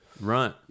right